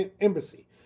Embassy